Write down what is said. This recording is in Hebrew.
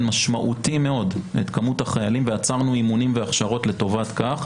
משמעותי מאוד את כמות החיילים ועצרנו אימונים והכשרות לטובת כך,